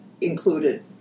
included